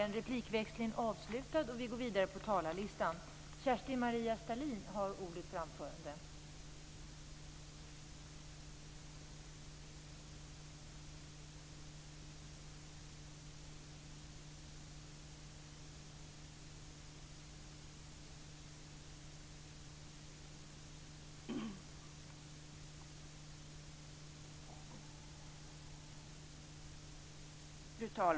Fru talman!